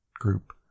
group